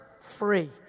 free